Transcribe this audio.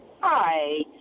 Hi